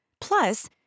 Plus